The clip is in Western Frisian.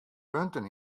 punten